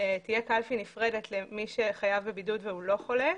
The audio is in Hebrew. תהיה קלפי נפרדת למי שחייב בבידוד והוא לא חולה,